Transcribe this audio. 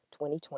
2020